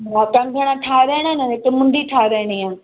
हा कंगण ठाराइणा आहिनि अने हिक मुंढी ठाराइणी आहे